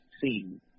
seen